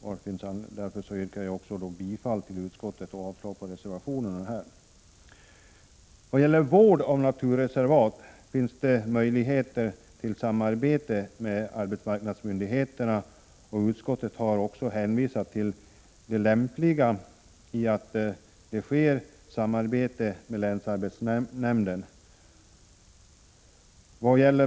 Därför yrkar jag här bifall till utskottets hemställan och avslag på reservationerna. Vad gäller vård av naturreservat finns möjligheter att samarbeta med arbetsmarknadsmyndigheterna. Utskottet har också hänvisat till det lämpliga i att det sker samarbete med länsarbetsnämnden.